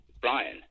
Brian